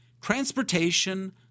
Transportation